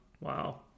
Wow